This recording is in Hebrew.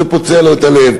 זה פוצע לו את הלב.